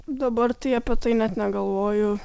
dabar tai apie tai net negalvoju